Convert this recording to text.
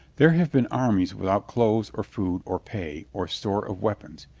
there have been armies without clothes or food or pay or store of weapons,